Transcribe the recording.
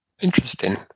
Interesting